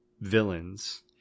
villains